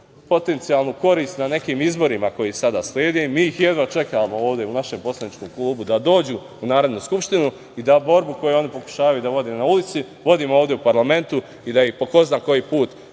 potencijalnu korist na nekim izborima koji sada slede. Mi ih jedva čekamo ovde u našem poslaničkom klubu, da dođu u Narodnu skupštinu i da borbu koju oni pokušavaju da vode na ulici, vodimo ovde u parlamentu i da ih po ko zna koji put